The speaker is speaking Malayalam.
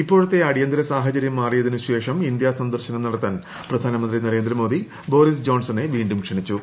ഇപ്പോഴത്തെ അടിയന്തര സാഹചര്യം മാറിയതിന് ശേഷം ഇന്ത്യ സന്ദർശനം നടത്താൻ പ്രധാനമന്ത്രി നരേന്ദ്രമോദി ബോറിസ് ജോൺസണെ വീണ്ടും ക്ഷണിച്ചു